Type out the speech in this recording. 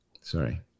Sorry